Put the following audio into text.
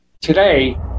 Today